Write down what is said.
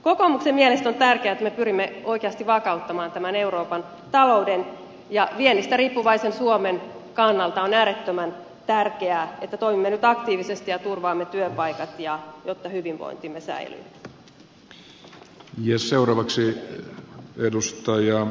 kokoomuksen mielestä on tärkeä että me pyrimme oikeasti vakauttamaan tämän euroopan talouden ja viennistä riippuvaisen suomen kannalta on äärettömän tärkeää että toimimme nyt aktiivisesti ja turvaamme työpaikat jotta hyvinvointimme säilyy